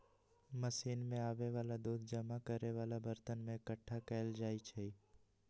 machine से आबे वाला दूध जमा करे वाला बरतन में एकट्ठा कएल जाई छई